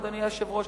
אדוני היושב-ראש,